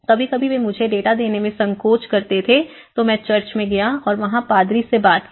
कभी कभी वे मुझे डेटा देने में संकोच करते थे तो मैं चर्च में गया और वहां पादरी से बात की